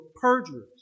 perjurers